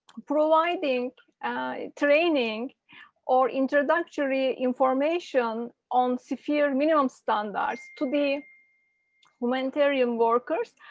providing training or introductory information on sphere minimum standards to be wintringham workers,